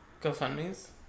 GoFundMes